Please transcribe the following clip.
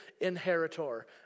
inheritor